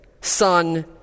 son